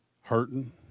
Hurting